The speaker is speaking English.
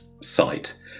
site